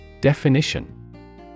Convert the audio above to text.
Definition